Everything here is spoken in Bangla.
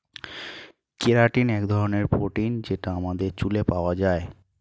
কেরাটিন এক ধরনের প্রোটিন যেটা আমাদের চুলে পাওয়া যায়